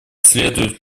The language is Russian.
следует